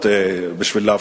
ועוד תהליך,